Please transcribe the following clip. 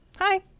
Hi